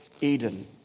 Eden